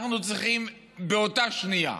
אנחנו צריכים באותה שנייה.